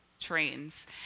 trains